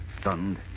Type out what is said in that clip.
Stunned